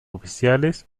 oficiales